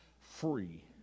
free